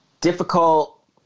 difficult